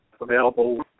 available